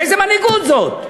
איזה מנהיגות זאת?